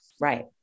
Right